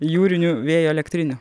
jūrinių vėjo elektrinių